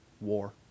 war